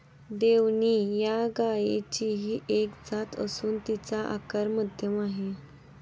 देवणी या गायचीही एक जात असून तिचा आकार मध्यम आहे